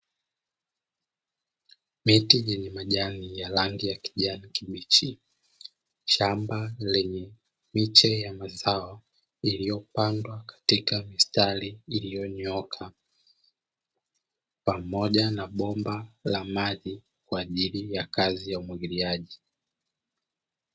Miti nyenye majani ya rangi ya kijani kibichi. Shamba lenye miche ya mazao iliyopandwa katika mstari uliyonyooka pamoja na bomba la maji kwa ajili ya kazi ya umwagiliaji.